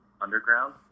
underground